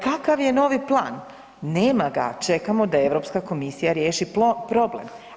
Kakav je novi plan, nema ga, čekamo da Europska komisija riješi problem.